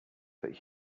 that